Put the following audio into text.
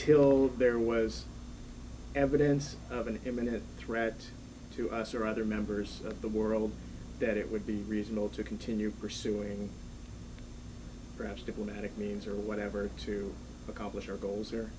till there was evidence of an imminent threat to us or other members of the world that it would be reasonable to continue pursuing perhaps diplomatic means or whatever to accomplish your goals